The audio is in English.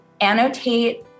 annotate